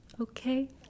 okay